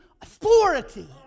authority